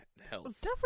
health